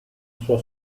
sua